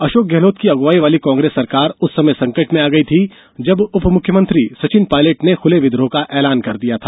अशोक गहलोत की अगुवाई वाली कांग्रेस सरकार उस समय संकट में आ गई थी जब उप मुख्यमंत्री सचिन पायलट ने खुले विद्रोह का ऐलान कर दिया था